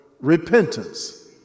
Repentance